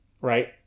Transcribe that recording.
right